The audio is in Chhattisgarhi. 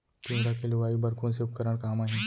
तिंवरा के लुआई बर कोन से उपकरण काम आही?